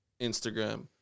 Instagram